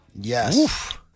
Yes